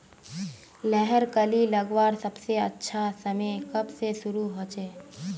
लहर कली लगवार सबसे अच्छा समय कब से शुरू होचए?